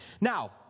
Now